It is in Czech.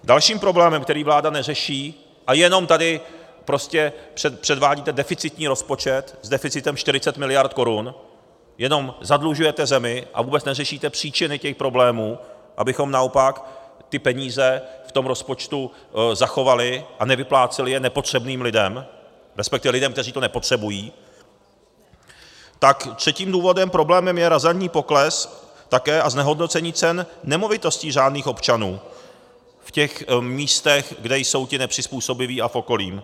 Dalším problémem, který vláda neřeší, a jenom tady prostě předvádíte deficitní rozpočet s deficitem 40 mld. korun, jenom zadlužuje zemi a vůbec neřešíte příčiny těch problémů, abychom naopak ty peníze v tom rozpočtu zachovali a nevypláceli je nepotřebným lidem, resp. lidem, kteří to nepotřebují, tak třetím důvodem, problémem je razantní pokles také a znehodnocení cen nemovitostí řádných občanů v těch místech, kde jsou ti nepřizpůsobiví, a v okolí.